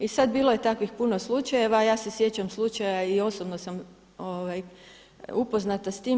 I sad bilo je takvih puno slučajeva, a ja se sjećam slučaja i osobno sam upoznata s tim.